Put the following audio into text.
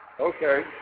Okay